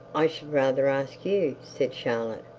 i should rather ask you said charlotte.